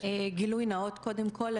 גילוי נאות קודם כול,